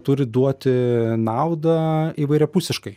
turi duoti naudą įvairiapusiškai